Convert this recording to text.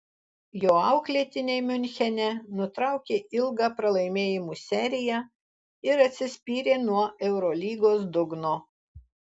jo auklėtiniai miunchene nutraukė ilgą pralaimėjimų seriją ir atsispyrė nuo eurolygos dugno